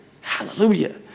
Hallelujah